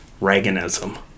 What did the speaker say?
Reaganism